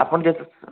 ଆପଣ ଯେତେ